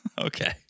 Okay